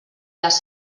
les